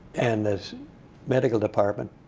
and this medical department,